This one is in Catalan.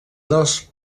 dels